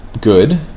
good